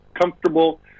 comfortable